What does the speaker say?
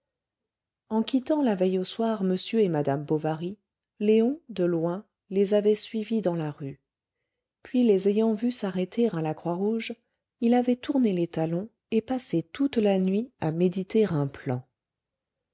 en quittant la veille au soir m et madame bovary léon de loin les avait suivis dans la rue puis les ayant vus s'arrêter à la croix rouge il avait tourné les talons et passé toute la nuit à méditer un plan